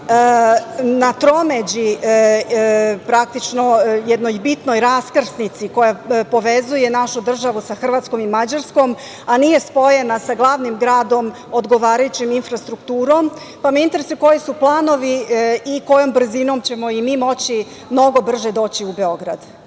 na tromeđi praktično, jednoj bitnoj raskrsnici koja povezuje našu državu sa Hrvatskom i Mađarskom, a nije spojena sa glavnim gradom odgovarajućom infrastrukturom, pa me interesuje – koji su planovi i kojom brzinom ćemo i mi moći mnogo brže doći u Beograd?